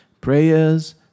prayers